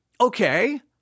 Okay